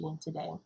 today